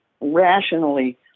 rationally